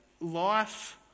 life